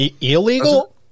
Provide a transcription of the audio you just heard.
Illegal